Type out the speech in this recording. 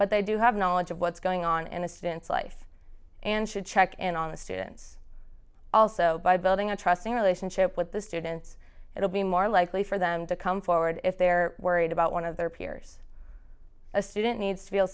but they do have knowledge of what's going on in a student's life and should check in on the students also by building a trusting relationship with the students it will be more likely for them to come forward if they're worried about one of their peers a student needs to